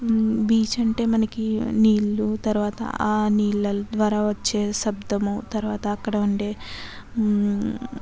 beach అంటే మనకు నీళ్ళు తర్వాత ఆ నీళ్ళ ద్వారా వచ్చే శబ్దము తర్వాత అక్కడ ఉండే